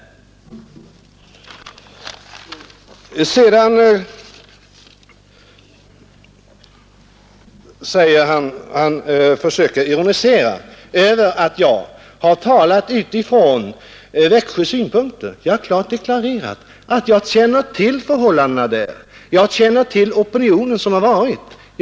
Kommunikationsministern försöker ironisera över att jag har talat här utifrån Växjösynpunkter. Jag har klart deklarerat att jag känner till förhållandena där. Jag känner till den opinion som har varit där.